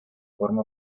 forma